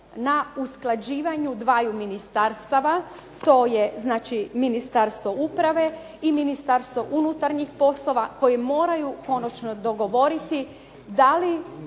na usklađivanju dvaju ministarstava. To je znači Ministarstvo uprave i Ministarstvo unutarnjih poslova koji moraju konačno dogovoriti da li